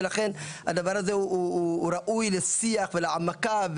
ולכן הדבר הזה ראוי לשיח ולהעמקה,